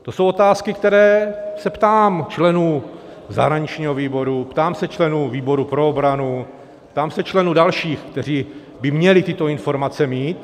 To jsou otázky, které se ptám členů zahraničního výboru, ptám se členů výboru pro obranu, ptám se členů dalších, kteří by měli tyto informace mít.